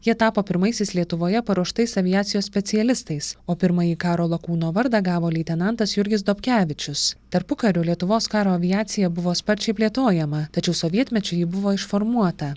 jie tapo pirmaisiais lietuvoje paruoštais aviacijos specialistais o pirmąjį karo lakūno vardą gavo leitenantas jurgis dobkevičius tarpukariu lietuvos karo aviacija buvo sparčiai plėtojama tačiau sovietmečiu ji buvo išformuota